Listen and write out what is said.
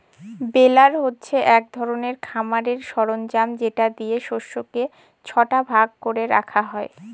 বেলার হচ্ছে এক ধরনের খামারের সরঞ্জাম যেটা দিয়ে শস্যকে ছটা ভাগ করে রাখা হয়